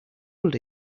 old